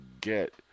get